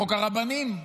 חוק הרבנים,